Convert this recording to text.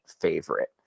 favorite